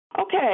Okay